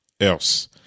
else